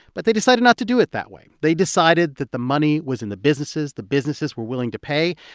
but they decided not to do it that way. they decided that the money was in the businesses. the businesses were willing to pay.